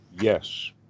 yes